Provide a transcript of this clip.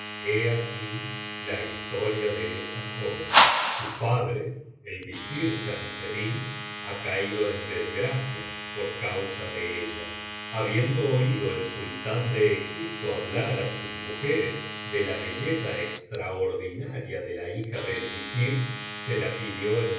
aquí la historia de esa joven su padre el visir chamseddin ha caído en desgracia por causa de ella habiendo oído el sultán de egipto hablar á sus mujeres de la belleza extraordinaria de la hija del visir se la pidió en